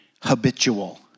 Habitual